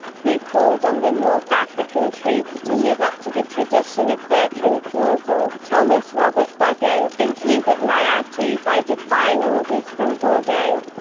he called on the north african troops to live up to the tradition of bertrand clausel, thomas robert bugeaud, and hubert lyautey by defying orders from bordeaux.